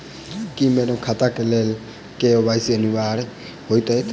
की bank खाता केँ लेल के.वाई.सी अनिवार्य होइ हएत?